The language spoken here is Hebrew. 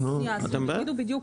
בדיוק,